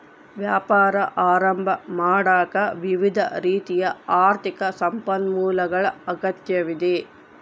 ವ್ಯಾಪಾರ ಆರಂಭ ಮಾಡಾಕ ವಿವಿಧ ರೀತಿಯ ಆರ್ಥಿಕ ಸಂಪನ್ಮೂಲಗಳ ಅಗತ್ಯವಿದೆ